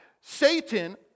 Satan